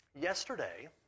yesterday